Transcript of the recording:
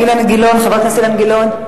חבר הכנסת אילן גילאון?